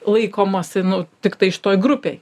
laikomasi nu tiktai šitoj grupėj